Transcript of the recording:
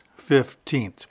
15th